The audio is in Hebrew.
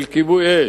של כיבוי אש.